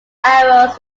arrows